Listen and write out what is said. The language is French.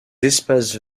espaces